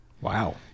Wow